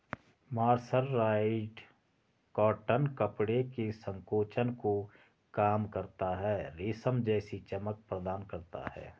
mercerised cotton कपड़े के संकोचन को कम करता है, रेशम जैसी चमक प्रदान करता है